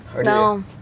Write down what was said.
No